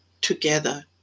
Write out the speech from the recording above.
together